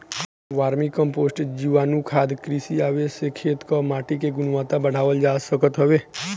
vermi compost, जीवाणुखाद, कृषि अवशेष से खेत कअ माटी के गुण बढ़ावल जा सकत हवे